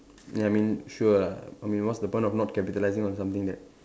ya I mean sure ah I mean what's the point of not capitalising on something that